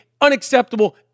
Unacceptable